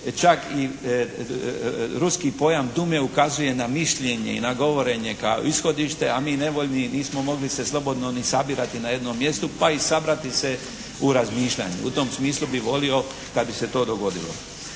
čak i ruski pojam dume ukazuje na mišljenje i na govorenje kao ishodište, a mi nevoljni i nismo mogli se slobodno ni sabirati na jednom mjestu, pa i sabrati se u razmišljanju. U tom smislu bih volio kad bi se to dogodilo.